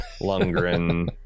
Lundgren